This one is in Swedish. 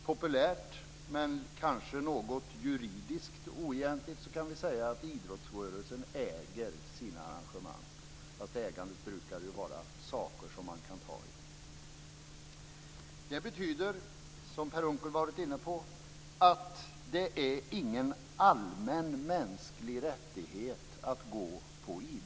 Populärt men kanske något juridiskt oegentligt kan vi säga att idrottsrörelsen äger sina arrangemang, fastän ägandet brukar gälla saker som man kan ta i. Det betyder, som Per Unckel varit inne på, att det inte är en allmän mänsklig rättighet att gå på idrott.